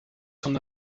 son